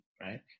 right